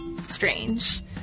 strange